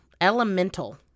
Elemental